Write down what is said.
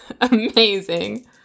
Amazing